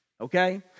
Okay